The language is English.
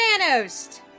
thanos